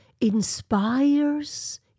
inspires